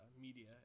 media